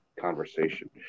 conversation